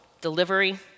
delivery